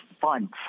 funds